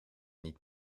niet